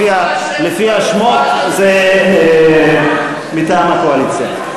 לפי השמות הן מטעם הקואליציה.